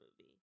movie